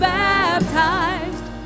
baptized